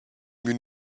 mieux